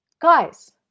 Guys